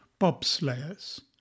bobslayers